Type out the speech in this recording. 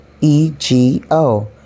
E-G-O